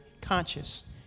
conscious